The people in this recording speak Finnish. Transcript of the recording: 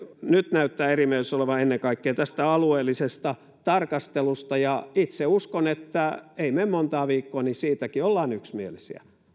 nyt näyttää erimielisyyttä olevan ennen kaikkea tästä alueellisesta tarkastelusta itse uskon että ei mene montaa viikkoa niin siitäkin ollaan yksimielisiä